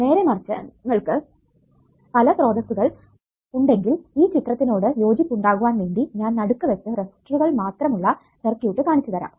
നേരേമറിച്ച് നിങ്ങൾക്ക് പല സ്വതന്ത്ര സ്രോതസ്സുകൾ ഉണ്ടെങ്കിൽ ഈ ചിത്രത്തിനോട് യോജിപ്പ് ഉണ്ടാകുവാൻ വേണ്ടി ഞാൻ നടുക്ക് വെച്ച് റെസിസ്റ്ററുകൾ മാത്രം ഉള്ള സർക്യൂട്ട് കാണിച്ചു തരാം